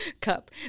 Cup